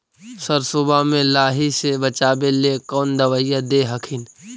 सरसोबा मे लाहि से बाचबे ले कौन दबइया दे हखिन?